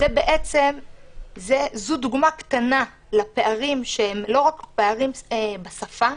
זאת דוגמה קטנה לפערים שהם לא רק פערים בשפה,